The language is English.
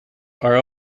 are